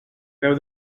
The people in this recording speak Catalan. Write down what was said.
veu